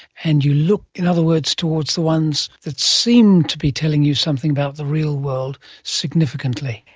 and you look, in other words, towards the ones that seem to be telling you something about the real world significantly.